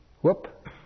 Whoop